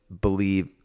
believe